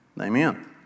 Amen